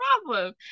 problem